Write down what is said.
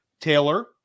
Taylor